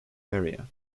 area